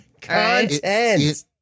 Content